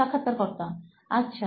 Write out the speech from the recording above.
সাক্ষাৎকারকর্তা আচ্ছা